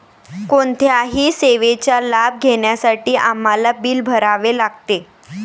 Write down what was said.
कोणत्याही सेवेचा लाभ घेण्यासाठी आम्हाला बिल भरावे लागते